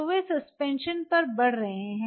तो वे सस्पेंशन पर बढ़ रहे हैं